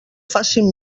facin